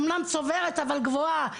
אמנם צוברת אבל גבוהה,